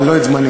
אבל לא את זמני.